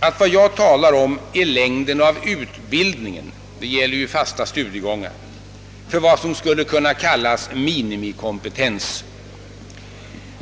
att vad jag talar om är längden av utbildningen — det gäller ju fasta studiegångar — för vad som skulle kunna kallas minimikompetens.